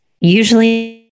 usually